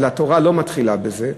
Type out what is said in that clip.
אבל התורה לא מתחילה בזה,